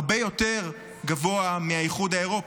הרבה יותר גבוה מהאיחוד האירופי,